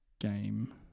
Game